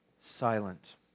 silent